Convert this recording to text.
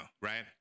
right